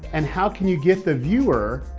and how can you get the viewer,